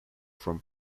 from